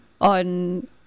on